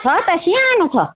छ त सानो छ